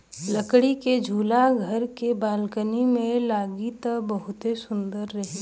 लकड़ी के झूला घरे के बालकनी में लागी त बहुते सुंदर रही